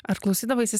ar klausydavaisi